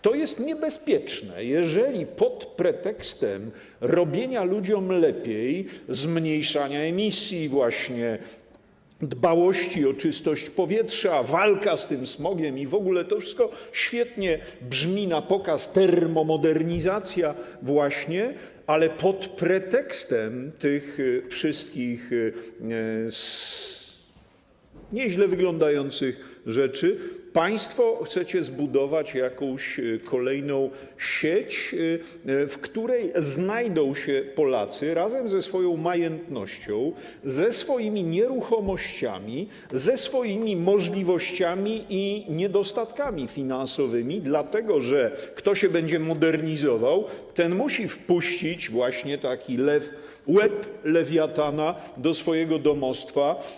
To jest niebezpieczne, jeżeli pod pretekstem robienia ludziom lepiej, zmniejszania emisji, dbałości o czystość powietrza, walki ze smogiem i w ogóle, to wszystko świetnie brzmi na pokaz, termomodernizacji właśnie, pod pretekstem tych wszystkich nieźle wyglądających rzeczy państwo chcecie zbudować jakąś kolejną sieć, w której znajdą się Polacy, razem ze swoją majętnością, ze swoimi nieruchomościami, ze swoimi możliwościami i niedostatkami finansowymi, dlatego że ten, kto się będzie modernizował, musi wpuścić taki łeb Lewiatana do swojego domostwa.